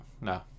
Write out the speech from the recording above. No